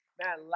man